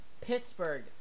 Pittsburgh